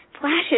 flashes